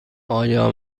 آیا